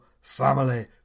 family